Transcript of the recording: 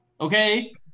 Okay